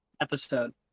episode